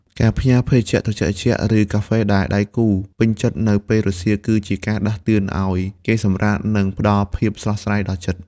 ការផ្ញើភេសជ្ជៈត្រជាក់ៗ ឬកាហ្វេដែលដៃគូពេញចិត្តនៅពេលរសៀល គឺជាការដាស់តឿនឱ្យគេសម្រាក និងផ្ដល់ភាពស្រស់ស្រាយដល់ចិត្ត។